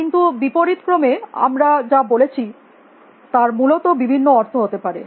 কিন্তু বিপরীতক্রমে আমরা যা বলছি তার মূলত বিভিন্ন অর্থ হতে পারে